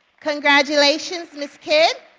congratulations, ms. kidd.